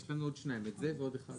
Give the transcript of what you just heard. יש לנו עוד שניים, את זה ועוד אחד.